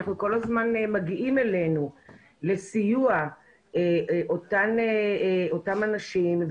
הם כול הזמן מגיעים אלינו לסיוע אותם אנשים.